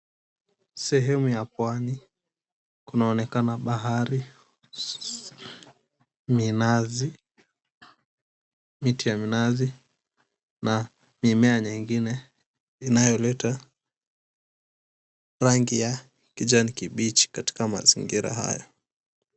Sehemu ya pwani. Kunaonekana; bahari, minazi, miti ya minazi na mimea nyingine inayoleta rangi ya kijani kibichi katika mazingira haya.